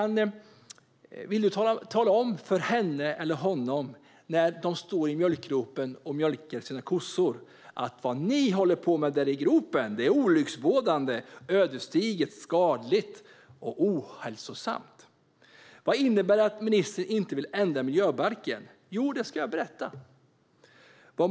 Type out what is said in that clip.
När företagaren står i mjölkgropen och mjölkar sina kossor, tala då om för henne eller honom: Det som ni håller på med i gropen är olycksbådande, ödesdigert, skadligt och ohälsosamt. Vad innebär det att ministern inte vill ändra i miljöbalken? Jo, det ska jag berätta.